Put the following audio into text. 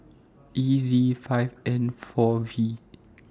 E Z five N four V